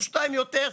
או שניים יותר,